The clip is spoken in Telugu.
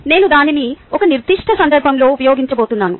నేను దానిని ఒక నిర్దిష్ట సందర్భంలో ఉపయోగించబోతున్నాను